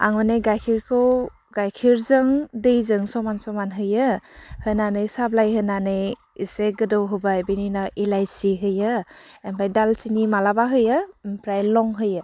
आं मानि गायखेरखौ गायखेरजों दैजों समान समान होयो होनानै साहा बिलाय होनानै इसे गोदौ होबाय बिनि उनाव एलाइसि होयो ओमफाय दाल सिनि मालाबा होयो ओमफाय लं होयो